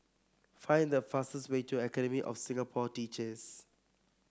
find the fastest way to Academy of Singapore Teachers